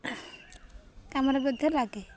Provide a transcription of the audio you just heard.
କାମରେ ମଧ୍ୟ ଲାଗେ